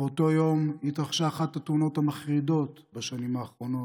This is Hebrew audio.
באותו היום התרחשה אחת התאונות המחרידות בשנים האחרונות,